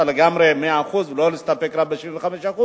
לגמרי, 100%, ולא להסתפק רק ב-75%.